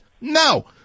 No